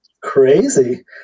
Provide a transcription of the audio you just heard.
Crazy